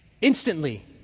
Instantly